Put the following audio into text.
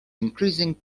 increasing